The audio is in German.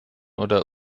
oder